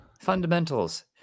Fundamentals